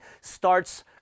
starts